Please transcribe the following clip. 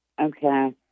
Okay